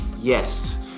Yes